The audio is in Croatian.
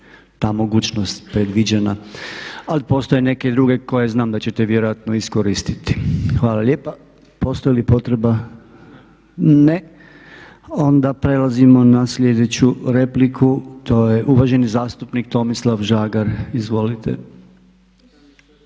ta mogućnost predviđena. Ali postoje neke druge koje znam da ćete vjerojatno iskoristiti. Hvala lijepa. Postoji li potreba? Ne. Onda prelazimo na sljedeću repliku, to je uvaženi zastupnik Tomislav Žagar. Izvolite.